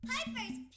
Piper's